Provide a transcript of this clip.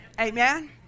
amen